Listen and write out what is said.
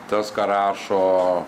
tas ką rašo